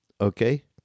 okay